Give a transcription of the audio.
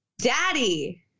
Daddy